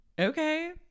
Okay